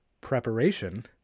preparation